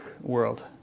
world